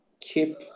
Keep